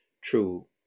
true